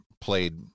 played